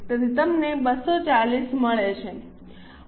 તેથી તમને 240 મળે છે